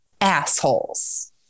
assholes